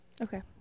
Okay